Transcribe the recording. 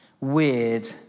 weird